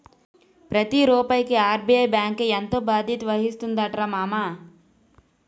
ప్రతి రూపాయికి ఆర్.బి.ఐ బాంకే ఎంతో బాధ్యత వహిస్తుందటరా మామా